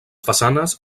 façanes